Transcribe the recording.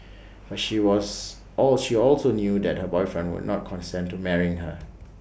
but she was all she also knew that her boyfriend would not consent to marrying her